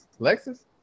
Lexus